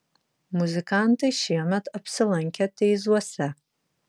muzikantai šiemet apsilankė teizuose